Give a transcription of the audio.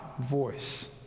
voice